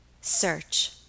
Search